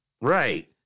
Right